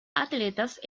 atletas